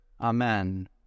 Amen